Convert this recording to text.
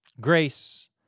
Grace